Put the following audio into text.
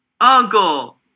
Uncle